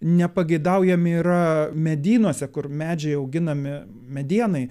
nepageidaujami yra medynuose kur medžiai auginami medienai